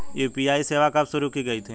UPI सेवा कब शुरू की गई थी?